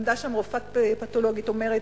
עמדה שם רופאה פתולוגית, אומרת: